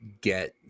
get